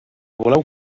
voleu